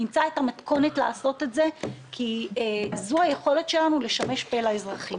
נמצא את המתכונת לעשות את זה כי זאת היכולת שלנו לשמש פה לאזרחים.